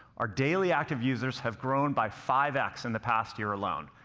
our daily active users have grown by five x in the past year alone,